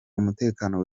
umutekano